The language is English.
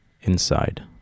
inside